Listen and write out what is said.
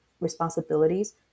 responsibilities